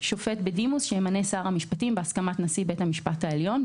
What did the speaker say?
(1)שופט בדימוס שימנה שר המשפטים בהסכמת נשיא בית המשפט העליון,